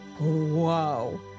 Whoa